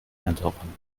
eintauchen